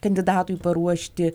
kandidatui paruošti